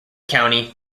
county